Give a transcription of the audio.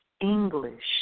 English